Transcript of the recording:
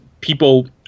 people